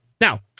Now